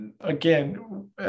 again